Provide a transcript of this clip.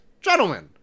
gentlemen